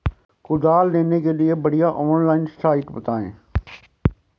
कुदाल लेने के लिए बढ़िया ऑनलाइन साइट बतायें?